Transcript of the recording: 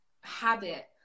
habit